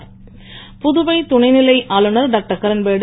் புதுவை துணைநிலை ஆளுநர் டாக்டர் கிரண்பேடி